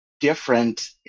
different